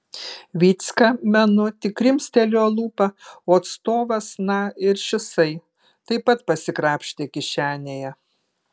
vycka menu tik krimstelėjo lūpą o atstovas na ir šisai taip pat pasikrapštė kišenėje